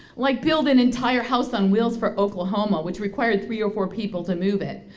like build an entire house on wheels for oklahoma which required three or four people to move it.